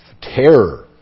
terror